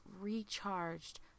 recharged